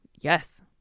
Yes